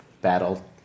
Battle